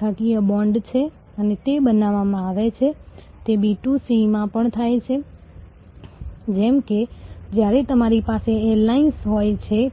cross વેચાણની તકો બનાવવા માટે ઉત્તમ તકો ઊભી કરી શકે છે